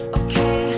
okay